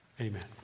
Amen